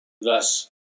Thus